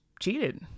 cheated